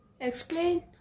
Explain